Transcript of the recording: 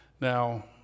Now